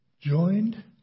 joined